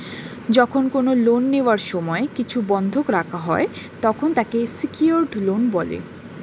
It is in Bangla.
যখন কোন লোন নেওয়ার সময় কিছু বন্ধক রাখা হয়, তখন তাকে সিকিওরড লোন বলে